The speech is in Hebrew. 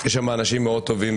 יש שם אנשים מאוד טובים.